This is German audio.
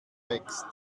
wächst